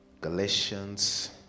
Galatians